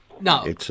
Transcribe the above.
No